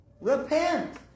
repent